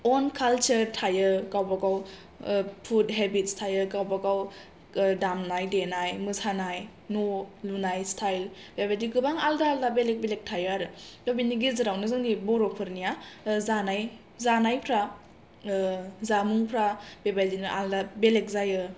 अन culture थायो गावबा गाव फुद हेबिट्स थायो गावबा गाव दामनाय देनाय मोसानाय न' लुनाय स्टाइल बेबायदि गोबां आलदा आलदा बेलेक बेलेक थायो आरो दा बेनि गेजेरावनो जोंनि बर'फोरनिया जानायफ्रा जामुंफ्रा बेबायदिनो आलदा बेलेक जायो